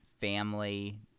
family